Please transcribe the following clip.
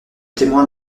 témoin